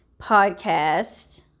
podcast